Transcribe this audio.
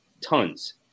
tons